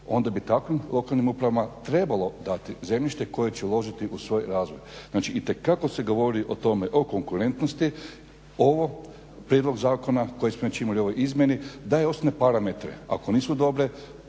onda bi takvim lokalnim upravama trebalo dati zemljište koje će uložiti u svoj razvoj. Znači itekako se govori o tome, o konkurentnosti ovo prijedlog zakona koji smo već imali u ovoj izmjeni daje osnovne parametre ako nisu dobre